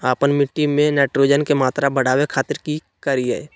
आपन मिट्टी में नाइट्रोजन के मात्रा बढ़ावे खातिर की करिय?